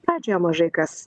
pradžioje mažai kas